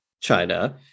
China